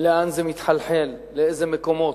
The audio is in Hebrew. לאן זה מחלחל ולאילו מקומות,